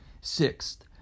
Sixth